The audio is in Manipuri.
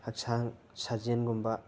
ꯍꯛꯆꯥꯡ ꯁꯖꯦꯟꯒꯨꯝꯕ